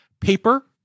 paper